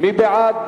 מי בעד?